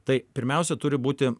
tai pirmiausia turi būti